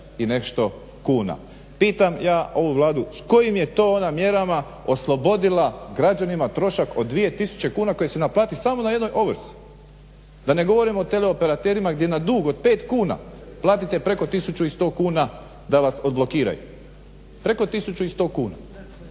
i nešto kuna. Pitam ja ovu Vladu s kojim je to ona mjerama oslobodila građanima trošak od 2000 kuna koji se naplati samo na jednoj ovrsi, da ne govorim o tele operaterima gdje na dug od 5 kuna platite preko 1100 kuna da vas odblokiraju. Preko 1100 kuna.